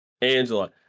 angela